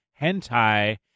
hentai